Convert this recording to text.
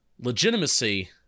legitimacy